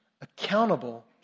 accountable